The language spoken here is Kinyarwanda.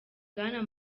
bwana